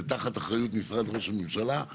זה תחת אחריות משרד ראש הממשלה.